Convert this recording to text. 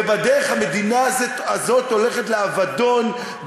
ובדרך המדינה הזאת הולכת לאבדון,